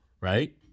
right